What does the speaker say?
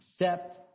accept